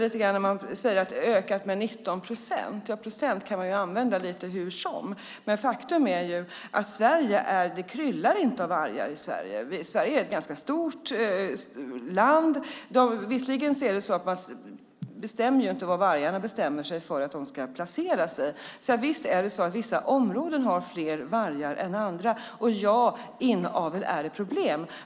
Man säger att det har ökat med 19 procent. Ja, procent kan man använda lite hur som helst. Men faktum är att det inte kryllar av vargar i Sverige. Sverige är ett ganska stort land. Man vet inte var vargarna bestämmer sig för att placera sig, så visst har vissa områden fler vargar än andra, och inavel är ett problem.